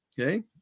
okay